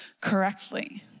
correctly